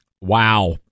Wow